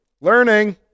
Learning